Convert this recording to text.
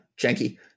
janky